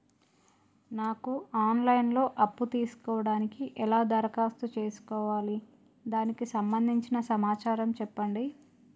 నాకు online లో అప్పు తీసుకోవడానికి ఎలా దరఖాస్తు చేసుకోవాలి దానికి సంబంధించిన సమాచారం చెప్పండి?